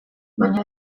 baina